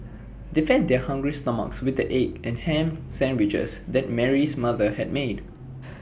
they fed their hungry stomachs with the egg and Ham Sandwiches that Mary's mother had made